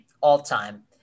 all-time